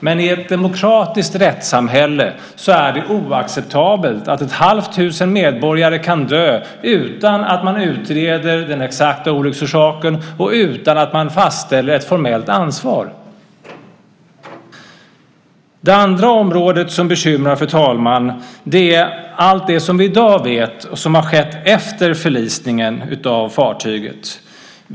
Men i ett demokratiskt rättssamhälle är det oacceptabelt att ett halvt tusen medborgare kan dö utan att man utreder den exakta olycksorsaken och utan att man fastställer ett formellt ansvar. Det andra området, fru talman, som bekymrar är allt det som vi i dag vet och som har skett efter förlisningen av fartyget.